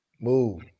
Move